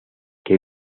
que